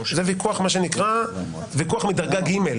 זה ויכוח מדרגה ג'.